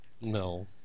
No